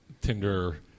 Tinder